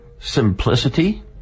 Simplicity